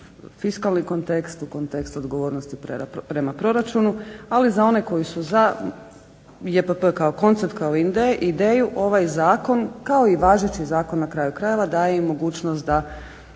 u fiskalni kontekst, u kontekst odgovornosti prema proračunu. Ali za one koji su za JPP kao koncept, kao ideju ovaj zakon kao i važeći zakon na kraju krajeva daje i mogućnost da